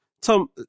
Tom